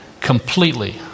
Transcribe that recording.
completely